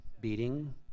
beating